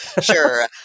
sure